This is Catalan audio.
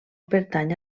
pertany